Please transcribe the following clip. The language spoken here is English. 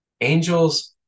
Angels